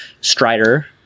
strider